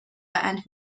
and